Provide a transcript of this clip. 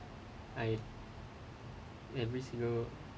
I every single